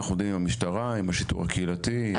עם השיטור הקהילתי.